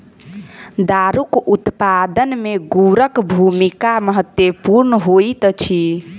दारूक उत्पादन मे गुड़क भूमिका महत्वपूर्ण होइत अछि